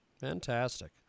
Fantastic